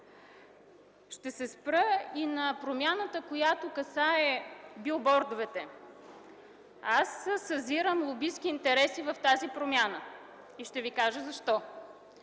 Ще се спра и на промяната, която касае билбордовете. Аз съзирам лобистки интереси в нея и ще Ви каза защо.